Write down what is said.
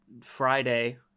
Friday